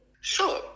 Sure